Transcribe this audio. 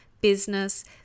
business